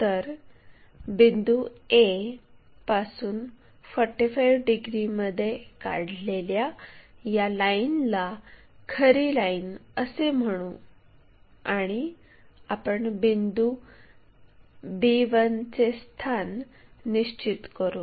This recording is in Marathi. तर बिंदू a पासून 45 डिग्रीमध्ये काढलेल्या या लाईनला खरी लाईन असे म्हणू आणि आपण बिंदू b1 चे स्थान निश्चित करू